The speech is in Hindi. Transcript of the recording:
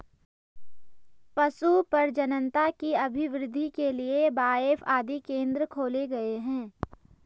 पशु प्रजननता की अभिवृद्धि के लिए बाएफ आदि केंद्र खोले गए हैं